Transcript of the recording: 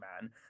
man